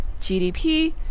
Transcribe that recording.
GDP